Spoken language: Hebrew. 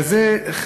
אלא זה חלק,